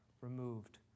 removed